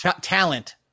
talent